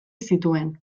zituen